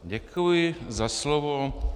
Děkuji za slovo.